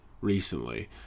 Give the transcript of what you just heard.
recently